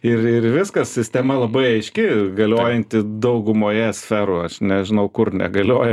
ir ir viskas sistema labai aiški galiojanti daugumoje sferų aš nežinau kur negalioja